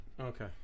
Okay